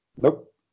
Nope